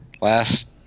last